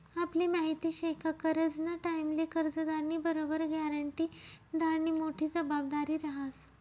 आपले माहिती शे का करजंना टाईमले कर्जदारनी बरोबर ग्यारंटीदारनी मोठी जबाबदारी रहास